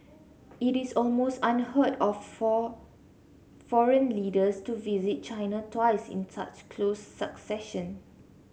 it is almost unheard of for foreign leaders to visit China twice in such close succession